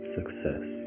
Success